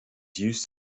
used